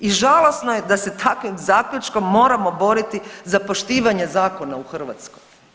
I žalosno je da se takvim zaključkom moramo borati za poštivanje zakona u Hrvatskoj.